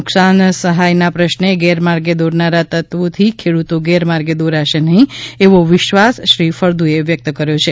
નુકશાન સહાયના પ્રશ્ને ગેરમાર્ગે દોરનારા તત્વો થી ખેડૂતો ગેરમાર્ગે દોરાશે નહીં એવો વિશ્વાસ શ્રી ફળદુ એ વ્યક્ત કર્યો છે